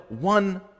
one